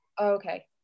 okay